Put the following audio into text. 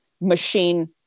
machine